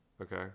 okay